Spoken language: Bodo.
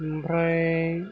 ओमफ्राय